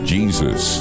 Jesus